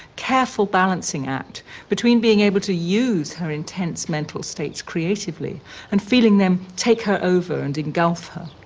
careful balancing act between being able to use her intense mental states creatively and feeling them take her over and engulf her.